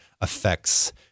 affects